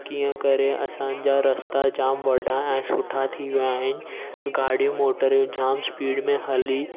किअं करे असांजा रस्ता जाम वॾा ऐं सुठा थी विया आहिनि गाॾियूं मोटरूं जाम स्पीड में हली